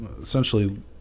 essentially